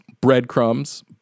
breadcrumbs